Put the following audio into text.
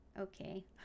okay